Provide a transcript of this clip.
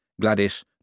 Gladys